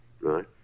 right